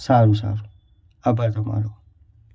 સારું સારું આભાર તમારો